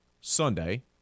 Sunday